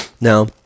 Now